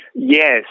Yes